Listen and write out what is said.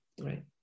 right